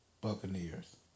Buccaneers